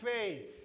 faith